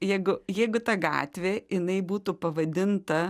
jeigu jeigu ta gatvė jinai būtų pavadinta